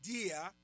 idea